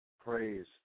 praise